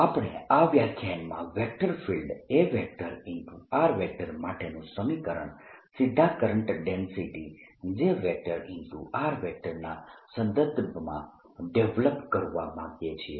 આપણે આ વ્યાખ્યાનમાં વેક્ટર ફિલ્ડ A માટેનું સમીકરણ સીધા કરંટ ડેન્સિટી J ના સંદર્ભમાં ડેવલપ કરવા માંગીએ છીએ